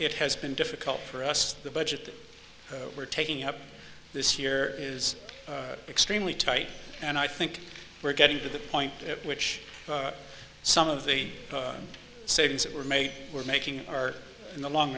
it has been difficult for us the budget that we're taking up this year is extremely tight and i think we're getting to the point at which some of the savings that were made were making are in the long